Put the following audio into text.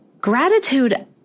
Gratitude